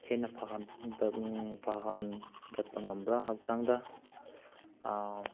ꯍꯦꯟꯅ ꯐꯍꯟꯕ ꯐꯍꯟꯈꯠꯄ ꯉꯝꯕ꯭ꯔꯥ ꯍꯛꯆꯥꯡꯗ